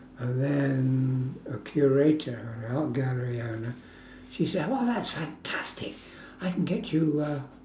and then a curator at an art gallery I met she said !wow! that's fantastic I can get you a